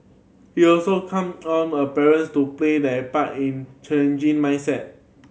he also come on a parents to play their part in changing mindset